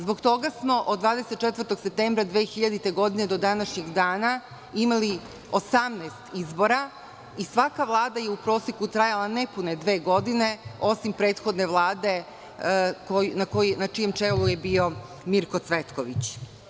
Zbog toga smo od 24. septembra 2000. godine do današnjeg dana imali 18 izbora i svaka vlada je u proseku trajala nepune dve godine, osim prethodne Vlade, na čijem čelu je bio Mirko Cvetković.